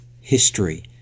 history